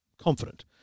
Confident